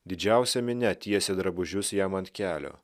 didžiausia minia tiesė drabužius jam ant kelio